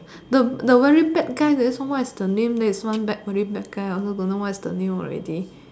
the the very bad guy the what is the name there is one bad very bad guy I also don't know what is the name already